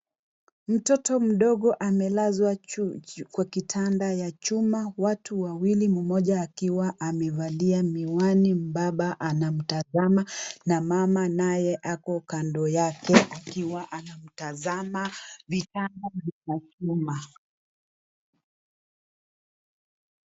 Mtoto mdogo amelazwa kwa kitanda ya chumba, watu wawili mmoja akiwa amevalia miwani mbaba anamtazama na mama naye ako kando yake akiwa anamtazama. Vitanda ni za chuma.